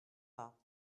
pas